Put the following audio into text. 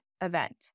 event